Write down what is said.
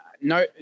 no